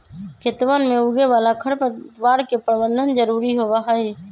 खेतवन में उगे वाला खरपतवार के प्रबंधन जरूरी होबा हई